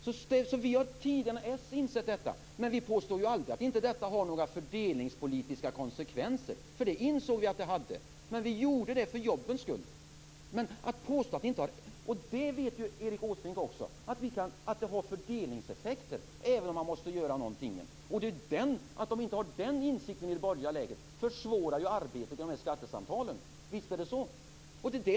Vi insåg detta tidigare än vad Socialdemokraterna gjorde, men vi påstår ju inte att detta inte har några fördelningspolitiska konsekvenser. Det insåg vi att det hade, men vi gjorde detta för jobbens skulle. Erik Åsbrink vet också att det har fördelningseffekter, även om man måste göra detta. Att man inte har den insikten i det borgerliga lägret försvårar arbetet i skattesamtalen. Visst är det så.